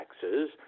taxes